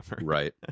Right